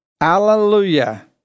Hallelujah